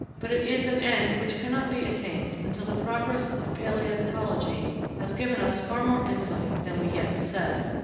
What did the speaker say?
but it is an end which cannot be attained until the progress of palaeontology has given us far more insight than we yet possess,